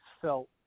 felt